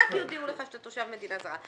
רק יודיעו לך שאתה תושב מדינה זרה,